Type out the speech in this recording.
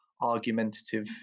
argumentative